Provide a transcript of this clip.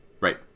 Right